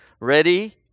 Ready